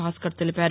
భాస్కర్ తెలిపారు